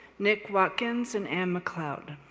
nick watkins and anne macleod.